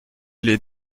les